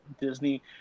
Disney